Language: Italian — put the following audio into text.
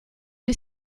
gli